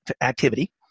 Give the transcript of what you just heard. activity